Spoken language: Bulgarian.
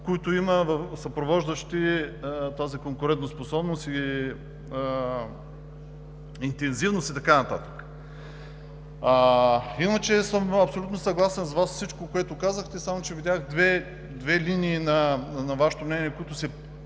съпровождащи тази конкурентоспособна интензивност и така нататък. Иначе съм абсолютно съгласен с всичко, което казахте, само че видях две линии във Вашето мнение, които